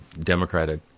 Democratic